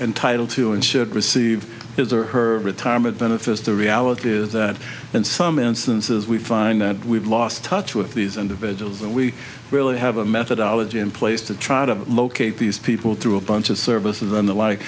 entitled to and should receive his or her retirement benefits the reality is that in some instances we find that we've lost touch with these individuals and we really have a methodology in place to try to locate these people through a bunch of services and the like